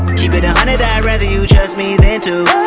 keep it a hundred i'd rather you trust me than to